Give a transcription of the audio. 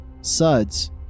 Suds